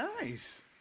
Nice